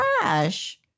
trash